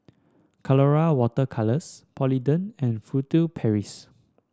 Colora Water Colours Polident and Furtere Paris